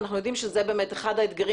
ואנחנו יודעים שזה באמת אחד האתגרים